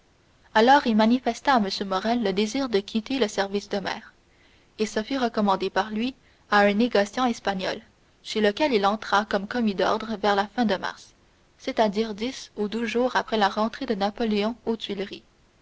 alors il manifesta à m morrel le désir de quitter le service de mer et se fit recommander par lui à un négociant espagnol chez lequel il entra comme commis d'ordre vers la fin de mars c'est-à-dire dix ou douze jours après la rentrée de napoléon aux tuileries